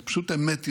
הוא פשוט אמת יצוקה: